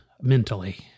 mentally